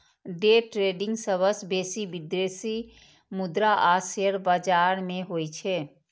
day trading सबसं बेसी विदेशी मुद्रा आ शेयर बाजार मे होइ छै